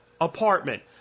apartment